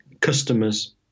customers